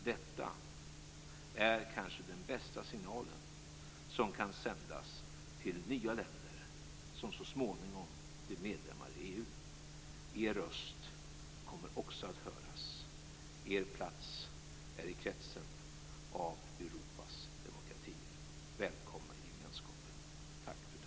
Detta är kanske den bästa signalen som kan sändas till de nya länder som så småningom blir medlemmar i EU: Er röst kommer också att höras. Er plats är i kretsen av Europas demokratier. Välkomna i gemenskapen. Tack fru talman.